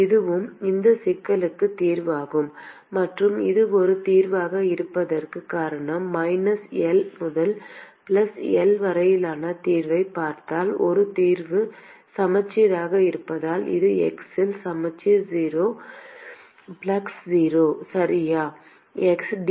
இதுவும் இந்தச் சிக்கலுக்குத் தீர்வாகும் மற்றும் இது ஒரு தீர்வாக இருப்பதற்குக் காரணம் மைனஸ் எல் முதல் பிளஸ் எல் வரையிலான தீர்வைப் பார்த்தால் ஒரு தீர்வு சமச்சீராக இருப்பதால் இது x இல் சமச்சீர் 0 ஃப்ளக்ஸ் 0